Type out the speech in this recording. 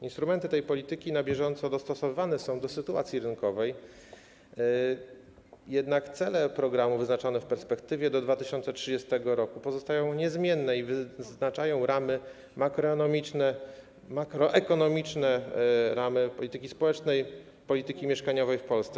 Instrumenty tej polityki na bieżąco dostosowywane są do sytuacji rynkowej, jednak cele programu wyznaczone w perspektywie do 2030 r. pozostają niezmienne i wyznaczają ramy makroekonomiczne polityki społecznej, polityki mieszkaniowej w Polsce.